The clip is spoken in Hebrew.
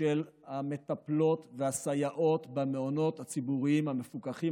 של המטפלות והסייעות במעונות הציבוריים המפוקחים